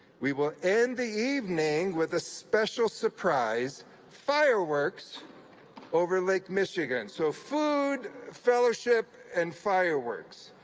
we will end the evening with a special surprise fireworks over lake michigan! so food, fellowship and fireworks.